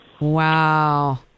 Wow